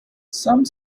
some